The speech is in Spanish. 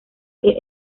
que